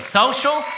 social